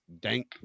Dank